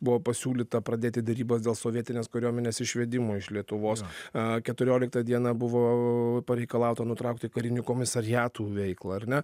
buvo pasiūlyta pradėti derybas dėl sovietinės kariuomenės išvedimo iš lietuvos a keturioliktą dieną buvo pareikalauta nutraukti karinių komisariatų veiklą ar ne